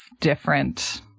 different